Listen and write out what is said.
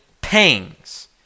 pangs